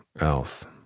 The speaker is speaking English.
else